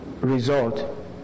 result